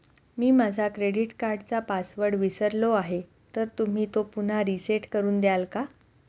मी माझा क्रेडिट कार्डचा पासवर्ड विसरलो आहे तर तुम्ही तो पुन्हा रीसेट करून द्याल का?